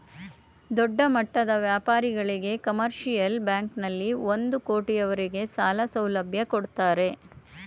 ದೊಡ್ಡಮಟ್ಟದ ವ್ಯಾಪಾರಿಗಳಿಗೆ ಕಮರ್ಷಿಯಲ್ ಬ್ಯಾಂಕಲ್ಲಿ ಒಂದು ಕೋಟಿ ಅವರಿಗೆ ಸಾಲ ಸೌಲಭ್ಯ ಕೊಡ್ತಾರೆ